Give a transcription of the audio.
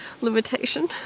limitation